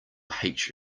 hate